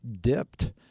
dipped